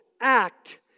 act